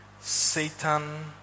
Satan